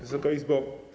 Wysoka Izbo!